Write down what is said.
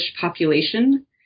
population